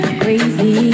crazy